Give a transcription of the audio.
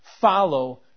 Follow